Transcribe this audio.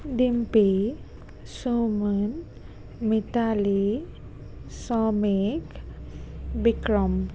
Dimpi Suman Mitali Soumik Vikram